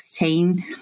2016